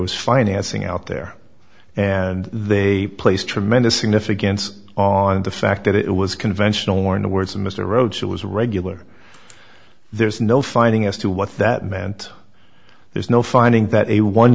was financing out there and they placed tremendous significance on the fact that it was conventional war in the words of mr rhodes who was a regular there is no finding as to what that meant there's no finding that a one